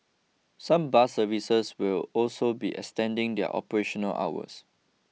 some bus services will also be extending their operational hours